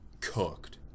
cooked